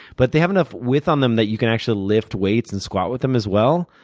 but they have enough width on them that you can actually lift weights and squat with them as well.